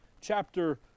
chapter